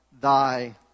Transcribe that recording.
thy